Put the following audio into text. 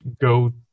go